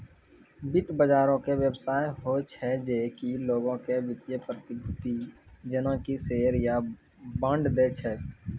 वित्त बजारो के व्यवस्था होय छै जे कि लोगो के वित्तीय प्रतिभूति जेना कि शेयर या बांड दै छै